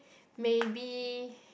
maybe